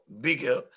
bigger